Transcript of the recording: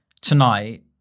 tonight